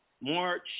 March